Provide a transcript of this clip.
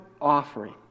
offering